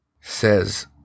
says